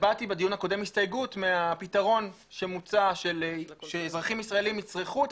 הבעתי בדיון הקודם הסתייגות מהפתרון שמוצע שאזרחים ישראלים יצרכו את